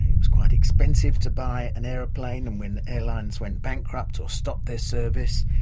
it was quite expensive to buy an aeroplane and when airlines went bankrupt or stopped their service,